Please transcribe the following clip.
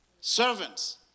servants